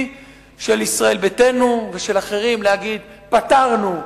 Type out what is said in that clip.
של ישראל ביתנו ושל אחרים להגיד: פתרנו,